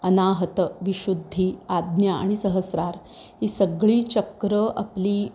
अनाहत विशुद्धी आज्ञा आणि सहस्रार ही सगळी चक्र आपली